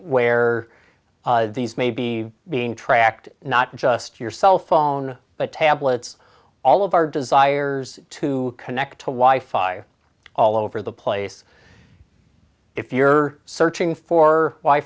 where these may be being tracked not just your cell phone but tablets all of our desires to connect to why five all over the place if you're searching for